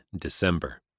December